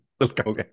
Okay